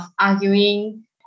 arguing